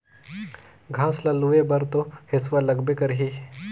घास ल लूए बर तो हेसुआ लगबे करही